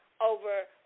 over